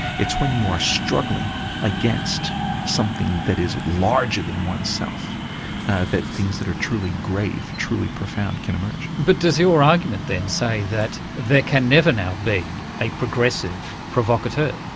it's when you are struggling against something that is larger than oneself that things that are truly grave, truly profound can emerge. but does your argument then say that there can never now be a progressive provocateur?